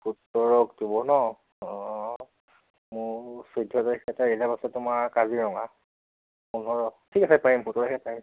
সোতৰ অক্টোবৰ ন অঁ মোৰ চৈধ্য তাৰিখে এটা ৰিজাৰ্ভ আছে তোমাৰ কাজিৰঙা পোন্ধৰ ঠিক আছে পাৰিম সোতৰ তাৰিখে পাৰিম